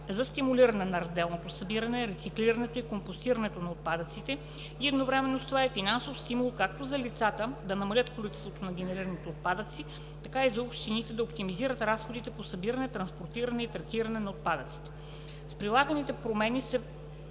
за стимулиране на разделното събиране, рециклирането и компостирането на отпадъци, и едновременно с това е финансов стимул както за лицата – да намалят количеството на генерираните отпадъци, така и за общините – да оптимизират разходите по събиране, транспортиране и третиране на отпадъците. С предлаганите промени се